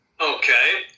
Okay